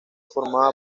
formaba